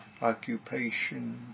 occupation